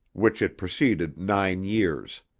which it preceded nine years.